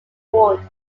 award